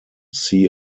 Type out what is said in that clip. see